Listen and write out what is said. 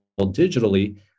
digitally